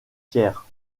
thiers